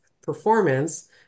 performance